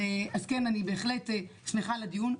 אז אני שמחה על הדיון,